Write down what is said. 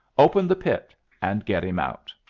open the pit and get him out.